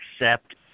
accept